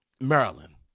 Maryland